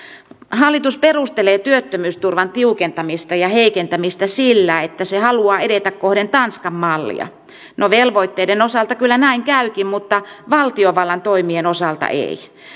hallitus perustelee työttömyysturvan tiukentamista ja heikentämistä sillä että se haluaa edetä kohden tanskan mallia no velvoitteiden osalta kyllä näin käykin mutta valtiovallan toimien osalta ei